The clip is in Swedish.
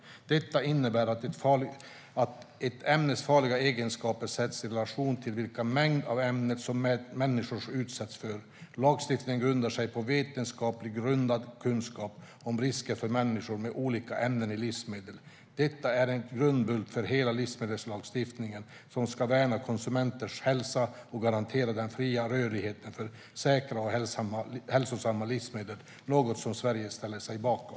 Detta innebär att ett ämnes farliga egenskaper sätts i relation till vilka mängder av ämnet som människor utsätts för. Lagstiftningen grundar sig på vetenskapligt förankrad kunskap om riskerna för människor med olika ämnen i livsmedel. Detta är en grundbult för hela livsmedelslagstiftningen som ska värna konsumenters hälsa och garantera den fria rörligheten för säkra och hälsosamma livsmedel, och det är något som Sverige ställer sig bakom.